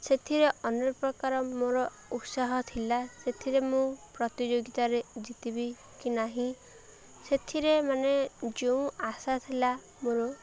ସେଥିରେ ଅନେକ ପ୍ରକାର ମୋର ଉତ୍ସାହ ଥିଲା ସେଥିରେ ମୁଁ ପ୍ରତିଯୋଗିତାରେ ଜିତିବି କି ନାହିଁ ସେଥିରେ ମାନେ ଯେଉଁ ଆଶା ଥିଲା ମୋର